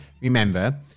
remember